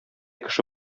кеше